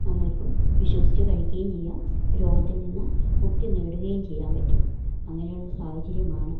നമ്മൾക്കും വിശ്വസിച്ച് കഴിക്കുകയും ചെയ്യാം രോഗത്തിൽ നിന്ന് മുക്തി നേടുകയും ചെയ്യാൻ പറ്റും അങ്ങനെയുള്ള സാഹചര്യമാണ്